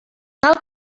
cal